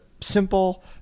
simple